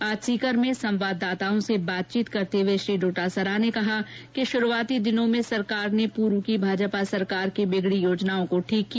आज सीकर में संवाददाताओं से बातचीत करते हुए श्री डोटासरा ने कहा कि शुरूआती दिनों में सरकार ने पूर्व की भाजपा सरकार की बिगड़ी योजनाओं को ठीक किया